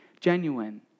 genuine